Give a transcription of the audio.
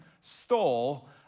stole